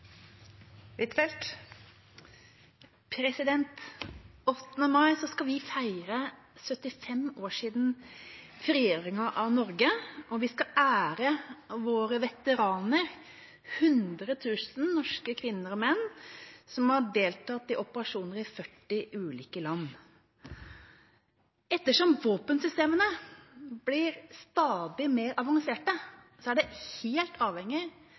Norge, og vi skal ære våre veteraner, 100 000 norske kvinner og menn som har deltatt i operasjoner i 40 ulike land. Ettersom våpensystemene blir stadig mer avansert, er et godt forsvar helt avhengig